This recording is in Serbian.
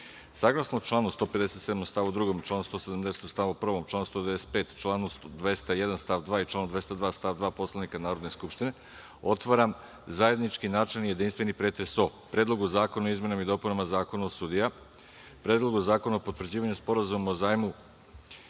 članu 157. stav 2. i članu 170. stav 1 i članu 195, članu 201. stav 2. i članu 202. stav 2. Poslovnika Narodne skupštine, otvaram zajednički načelni jedinstveni pretres o Predlogu zakona o izmenama i dopunama Zakona o sudijama, Predlogu zakona o potvrđivanju Sporazuma o zajmu